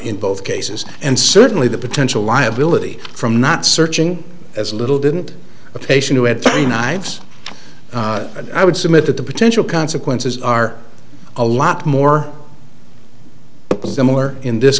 in both cases and certainly the potential liability from not searching as little didn't a patient who had three knives i would submit that the potential consequences are a lot more similar in this